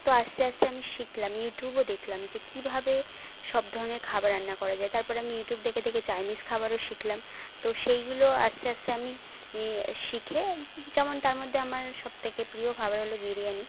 তো আস্তে আস্তে আমি শিখলাম ইউটিউবও দেখলাম যে কীভাবে সব ধরণের খাবার রান্না করা যায় তারপরে আমি ইউটিউব দেখে দেখে চাইনিজ খাবারও শিখলাম তো সেইগুলো আস্তে আস্তে আমি শিখে যেমন তার মধ্যে আমার সব থেকে প্রিয় খাবার হলো বিরিয়ানি